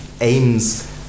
aims